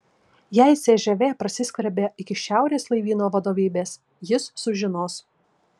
jei cžv prasiskverbė iki šiaurės laivyno vadovybės jis sužinos